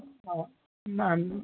न